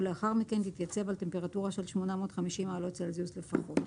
ולאחר מכן תתייצב על טמפרטורה של 850 מעלות צלזיוס לפחות".